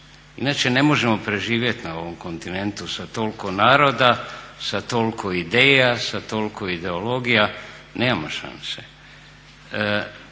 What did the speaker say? Inače ne možemo preživjet na ovom kontinentu sa toliko naroda, sa toliko ideja, sa toliko ideologija, nemamo šanse.